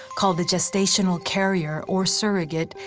called the gestational carrier or surrogate,